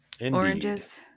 oranges